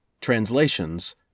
Translations